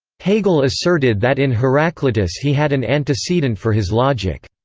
hegel asserted that in heraclitus he had an antecedent for his logic.